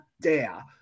dare